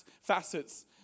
facets